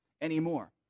anymore